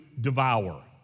devour